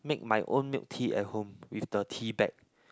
make my own milk tea at home with the tea bag